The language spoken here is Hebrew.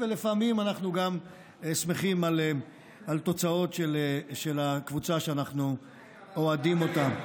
ולפעמים אנחנו גם שמחים על תוצאות של הקבוצה שאנחנו אוהדים אותה.